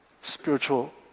spiritual